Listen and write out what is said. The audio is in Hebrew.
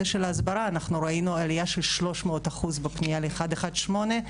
ההסברה אנחנו ראינו עלייה של 300% בפנייה ל-118,